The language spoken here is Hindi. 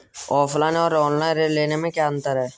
ऑफलाइन और ऑनलाइन ऋण लेने में क्या अंतर है?